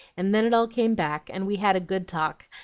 and then it all came back, and we had a good talk,